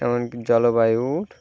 যেমন কি জলবায়ু